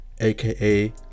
aka